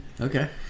okay